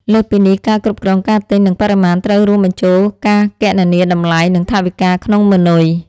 លើសពីនេះ ការគ្រប់គ្រងការទិញ និងបរិមាណត្រូវរួមបញ្ចូលការគណនាតម្លៃ និងថវិកាក្នុងម៉ឺនុយ